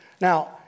Now